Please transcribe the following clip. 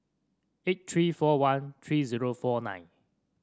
eight three four one three zero four nine